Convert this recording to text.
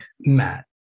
Matt